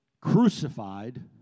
crucified